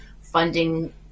funding